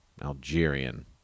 algerian